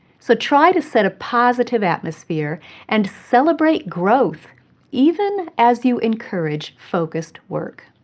so try to set a positive atmosphere and celebrate growth even as you encourage focused work.